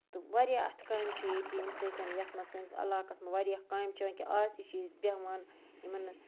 تہٕ واریاہ اَتھٕ کامہِ چھِ ییٚتہِ ییٚمہِ سۭتۍ یَتھ منٛز سٲنِس علاقَس منٛز واریاہ کامہِ چھِ وٕنکٮ۪ن کہِ آز تہِ چھِ أسۍ بیٚہوان یِمَن